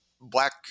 Black